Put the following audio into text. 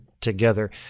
together